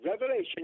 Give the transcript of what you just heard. Revelation